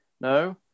no